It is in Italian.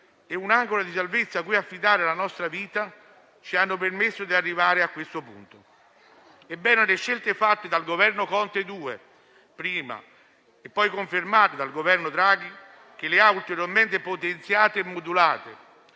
e un'ancora di salvezza cui affidare la nostra vita, ci hanno permesso di arrivare a questo punto. Le scelte fatte dal Governo Conte II, prima, e poi confermate dal Governo Draghi, che le ha ulteriormente potenziate e modulate